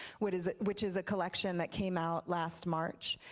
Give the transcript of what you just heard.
which is which is a collection that came out last march.